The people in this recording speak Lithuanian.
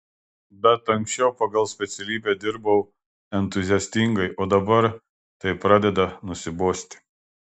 bet anksčiau pagal specialybę dirbau entuziastingai o dabar tai pradeda nusibosti